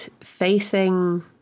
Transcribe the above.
facing